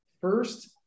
first